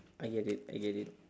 I get it I get it